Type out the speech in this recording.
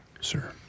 sir